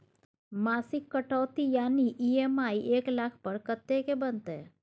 मासिक कटौती यानी ई.एम.आई एक लाख पर कत्ते के बनते?